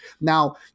Now